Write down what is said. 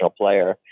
player